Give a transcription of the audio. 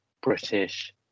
British